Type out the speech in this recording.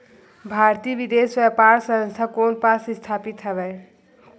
भारतीय विदेश व्यापार संस्था कोन पास स्थापित हवएं?